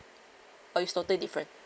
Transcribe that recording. or it's totally different